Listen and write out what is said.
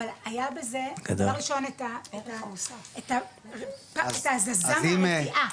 אבל היה בזה דבר ראשון את ההזזה מהרתיעה,